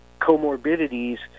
comorbidities